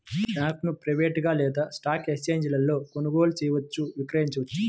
స్టాక్ను ప్రైవేట్గా లేదా స్టాక్ ఎక్స్ఛేంజీలలో కొనుగోలు చేయవచ్చు, విక్రయించవచ్చు